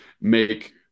make